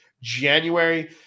January